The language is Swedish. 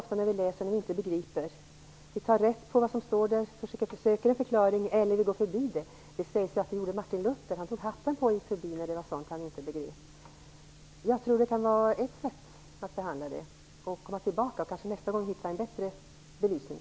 Ofta när vi läser något som vi inte begriper tar vi rätt på det, söker en förklaring eller går förbi det. Det sägs att så gjorde Martin Luther. Han tog hatten på och gick förbi sådant som han inte begrep. Det kan vara ett sätt behandla det. Sedan kan man komma tillbaka. Nästa gång kan man kanske hitta en bättre belysning.